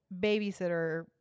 babysitter